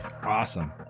Awesome